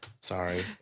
Sorry